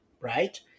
Right